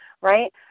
right